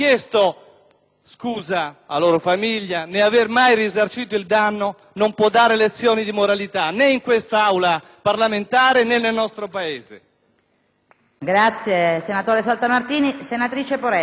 scusa alla sua famiglia, né aver mai risarcito il danno, non può dare lezioni di moralità, né in quest'Aula parlamentare, né nel nostro Paese.